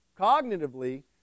cognitively